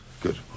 Good